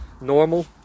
normal